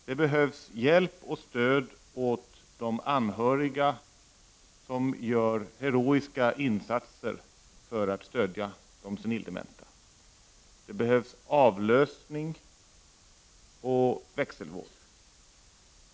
Det behövs hjälp och stöd åt de anhöriga som gör heroiska insatser för att stödja de senildementa. Det behövs avlösning och växelvård.